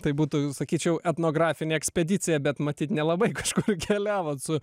tai būtų sakyčiau etnografinė ekspedicija bet matyt nelabai kažkur keliavot su